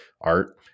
art